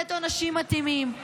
לתת עונשים מתאימים,